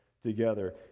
together